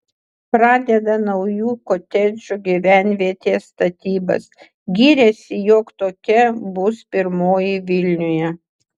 pradeda naujų kotedžų gyvenvietės statybas giriasi jog tokia bus pirmoji vilniuje